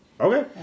Okay